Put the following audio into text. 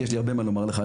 כי יש לי הרבה מה לומר לך,